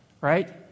right